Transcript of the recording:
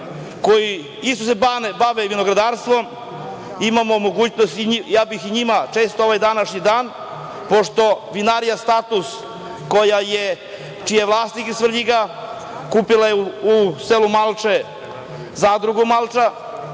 koji se bave vinogradarstvom, ja bih i njima čestitao ovaj današnji dan, pošto vinarija „Status“, čiji je vlasnik iz Svrljiga, kupila je u selu Malče zadrugu „Malča“